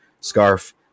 scarf